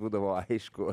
būdavo aišku